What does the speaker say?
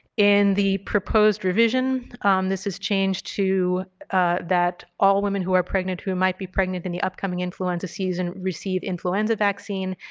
in the proposed revision this is changed to that all women who are pregnant or who might be pregnant in the upcoming influenza season receive influenza vaccine,